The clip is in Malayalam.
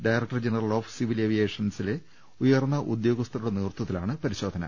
ഡയറക്ടർ ജനറൽ ഓഫ് സിവിൽ ഏവിയേഷനിലെ ഉയർന്ന ഉദ്യോഗസ്ഥരുടെ നേതൃത്വത്തി ലാണ് പരിശോധന